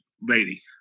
lady